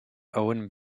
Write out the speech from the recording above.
owen